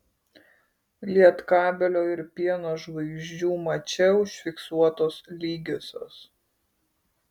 lietkabelio ir pieno žvaigždžių mače užfiksuotos lygiosios